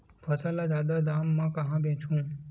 फसल ल जादा दाम म कहां बेचहु?